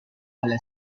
alle